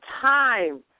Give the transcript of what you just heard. time